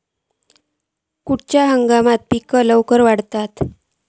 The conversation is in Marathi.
खयल्या हंगामात पीका सरक्कान वाढतत?